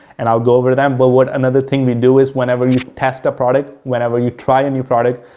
and i'll go over to them. but what another thing we do is whenever you test a product, whenever you try a new product,